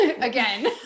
again